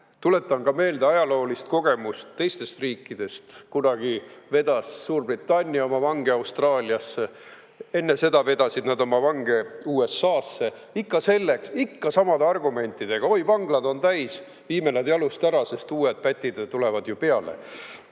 Tuletan ka meelde ajaloolist kogemust teistest riikidest. Kunagi vedas Suurbritannia oma vange Austraaliasse, enne seda vedasid nad oma vange USA-sse – ikka selleks, ikka samade argumentidega: oi, vanglad on täis, viime nad jalust ära, sest uued pätid tulevad ju peale,